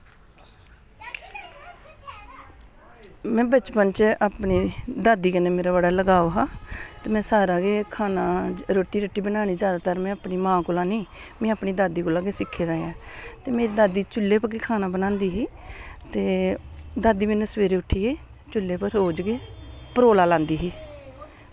इंया बचपन च मेरा अपनी दादी कन्नै बड़ा लगाव हा ते में सारा गै खाना रुट्टी बनानी जादैतर में अपनी मां कोला निं अपनी दादी कोला गै सिक्खे दा ऐ ते मेरी दादी चुल्ही पर गै खाना बनांदी ही ते दादी मेरी चुल्हे पर रोज़ गै परोला लांदी ही